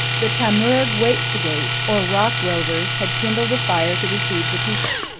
the tu'muurrugwait'sigaip, or rock rovers, had kindled a fire to deceive the people.